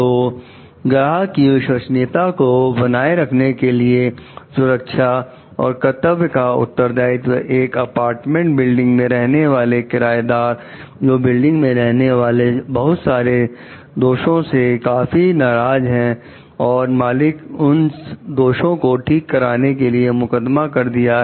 तो ग्राहक की विश्वसनीयता को बनाए रखने के लिए सुरक्षा और कर्तव्य का उत्तरदायित्व एक अपार्टमेंट बिल्डिंग में रहने वाले किराएदार जो बिल्डिंग में होने वाले बहुत सारे दोषों से काफी नाराज है और मालिक पर उन दोषों को ठीक कराने के लिए मुकदमा कर दिया है